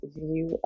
view